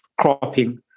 cropping